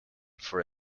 for